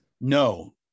no